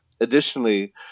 Additionally